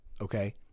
okay